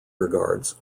regards